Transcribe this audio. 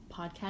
podcast